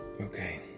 okay